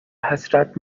حسرت